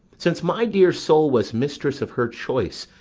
since my dear soul was mistress of her choice,